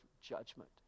judgment